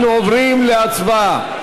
אנחנו עוברים להצבעה.